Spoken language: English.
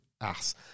ass